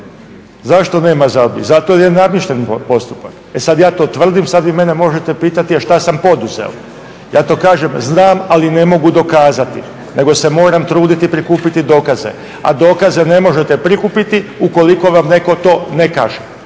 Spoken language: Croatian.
Zašto nema žalbi? Zato jer je namješten postupak. E sada ja to tvrdim, sada vi mene možete pitati a šta sam poduzeo. Ja to kažem, znam ali ne mogu dokazati nego se moram truditi prikupiti dokaze a dokaze ne možete prikupiti ukoliko vam netko to ne kaže.